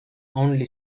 only